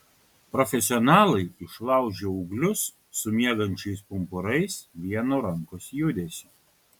profesionalai išlaužia ūglius su miegančiais pumpurais vienu rankos judesiu